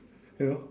you know